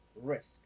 risk